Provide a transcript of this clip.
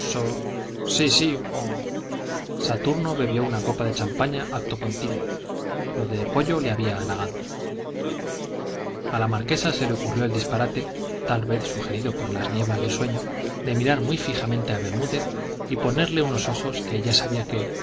sí si mo saturno bebió una copa de champaña acto continuo lo de pollo le había halagado a la marquesa se le ocurrió el disparate tal vez sugerido por las nieblas del sueño de mirar muy fijamente a bermúdez y ponerle unos ojos que ella sabía que